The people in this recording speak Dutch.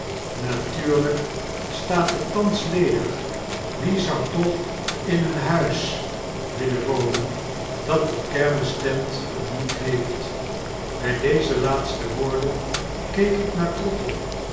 staat het thans ledig wie zou toch in een huis willen wonen dat tot kermistent gediend heeft by deze laatste woorden keek ik naar trottle